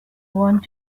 want